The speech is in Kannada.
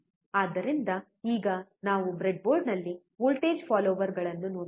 ಆದ್ದರಿಂದ ಈಗ ನಾವು ಬ್ರೆಡ್ಬೋರ್ಡ್ನಲ್ಲಿ ವೋಲ್ಟೇಜ್ ಫಾಲ್ಲೋರ್ಗಳನ್ನು ನೋಡಬಹುದು